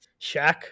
Shaq